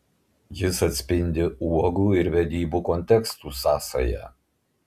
jis atspindi uogų ir vedybų kontekstų sąsają